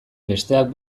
besteak